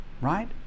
Right